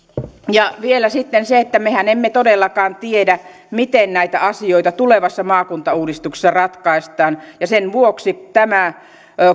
vielä on sitten se että mehän emme todellakaan tiedä miten näitä asioita tulevassa maakuntauudistuksessa ratkaistaan ja sen vuoksi tämä